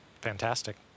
fantastic